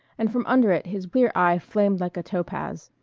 and from under it his clear eye flamed like a topaz.